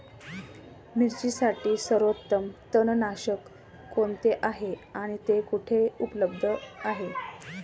मिरचीसाठी सर्वोत्तम तणनाशक कोणते आहे आणि ते कुठे उपलब्ध आहे?